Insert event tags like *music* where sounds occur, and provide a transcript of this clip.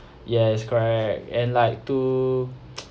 yes correct and like to *noise*